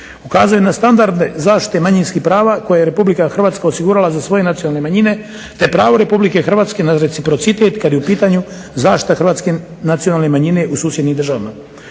Ukazujem na standarde zaštite manjinskih prava, koje je Republika Hrvatska osigurala za svoje nacionalne manjine, te pravo Republike Hrvatske na reciprocitet kad je u pitanju zaštita hrvatske nacionalne manjine u susjednim državama.